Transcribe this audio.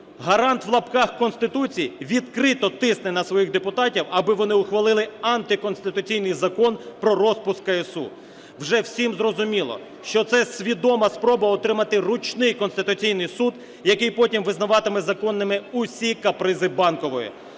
Гарант (в лапках) Конституції відкрито тисне на своїх депутатів, аби вони ухвалили антиконституційний закон про розпуск КСУ. Вже всім зрозуміло, що це свідома спроба отримати ручний Конституційний Суд, який потім визнаватиме законними всі капризи Банкової.